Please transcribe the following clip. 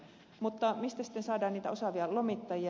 mutta mistä sitten saadaan niitä osaavia lomittajia